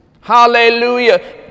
Hallelujah